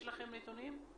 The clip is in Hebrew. יש לכם נתונים?